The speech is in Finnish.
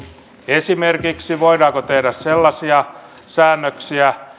esimerkiksi voidaanko tehdä sellaisia säännöksiä